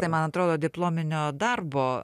tai man atrodo diplominio darbo